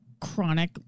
chronic